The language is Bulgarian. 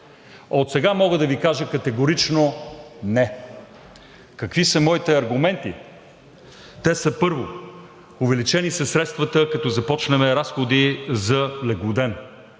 Отсега мога да Ви кажа категорично – не. Какви са моите аргументи? Те са, първо, увеличени са средствата, като започнем разходи за леглоден,